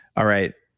all right,